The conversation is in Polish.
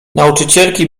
nauczycielki